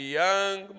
young